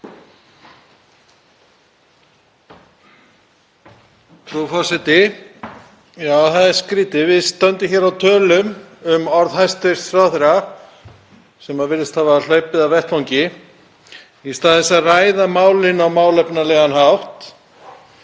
Frú forseti. Já, það er skrýtið. Við stöndum hér og tölum um orð hæstv. ráðherra sem virðist hafa hlaupið af vettvangi í stað þess að ræða málin á málefnalegan hátt.